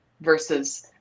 versus